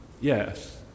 Yes